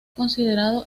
considerado